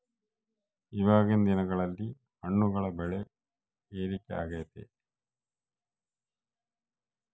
ಇವಾಗಿನ್ ದಿನಗಳಲ್ಲಿ ಹಣ್ಣುಗಳ ಬೆಳೆ ಏರಿಕೆ ಆಗೈತೆ